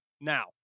Now